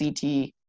ct